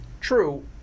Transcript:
true